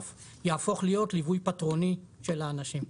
יהפוך להיות ליווי פטרוני של האנשים.